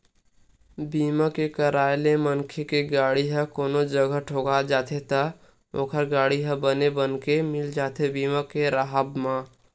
बीमा के कराय ले मनखे के गाड़ी ह कोनो जघा ठोका जाथे त ओखर गाड़ी ह बने बनगे मिल जाथे बीमा के राहब म